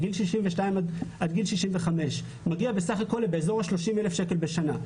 מגיל 62 עד גיל 65. זה מגיע בסך הכול לכ-30,000 שקל בשנה.